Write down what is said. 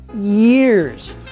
years